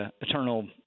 eternal